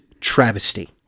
travesty